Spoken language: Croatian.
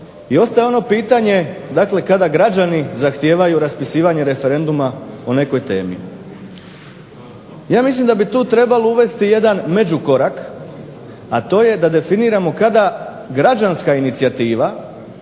i ostaje ono pitanje, dakle kada građani zahtijevaju raspisivanje referenduma o nekoj temi. Ja mislim da bi tu trebalo uvesti jedan međukorak, a to je da definiramo kada građanska inicijativa